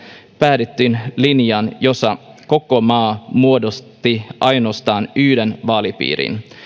päädyttiin linjaan jossa koko maa muodosti ainoastaan yhden vaalipiirin